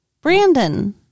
Brandon